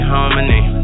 Harmony